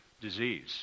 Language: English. disease